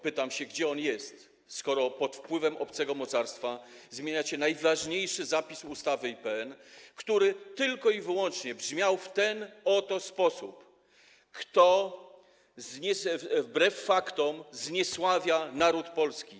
Pytam się, gdzie on jest, skoro pod wpływem obcego mocarstwa zmieniacie najważniejszy zapis ustawy IPN, który brzmiał w ten oto sposób: kto wbrew faktom zniesławia naród polski.